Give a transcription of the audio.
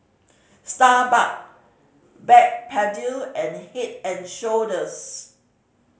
Starbuck Backpedic and Head and Shoulders